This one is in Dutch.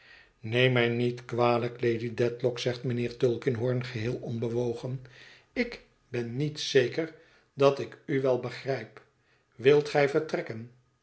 neem mij niet kwalijk lady dedlock zegt mijnheer ïulkinghorn geheel onbewogen ik ben niet zeker dat ik u wel begrijp wilt gij vertrekken